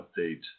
update